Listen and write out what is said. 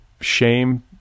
shame